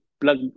plug